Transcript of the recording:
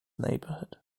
neighborhood